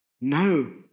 No